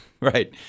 Right